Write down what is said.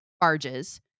barges